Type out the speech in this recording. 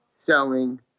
selling